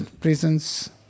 prisons